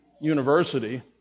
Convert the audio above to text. university